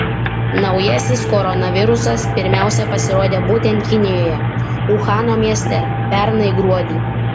naujasis koronavirusas pirmiausia pasirodė būtent kinijoje uhano mieste pernai gruodį